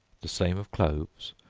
the same of cloves,